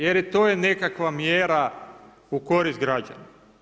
Jer i to je nekakva mjera u korist građana.